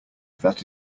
that